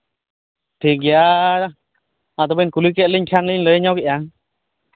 ᱴᱷᱤᱠ ᱜᱮᱭᱟ ᱟᱫᱚ ᱵᱤᱱ ᱠᱩᱞᱤᱠᱮᱫ ᱞᱤᱧ ᱠᱷᱟᱱ ᱞᱤᱧ ᱞᱟᱹᱭ ᱧᱚᱜᱮᱫᱼᱟ